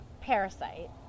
Parasite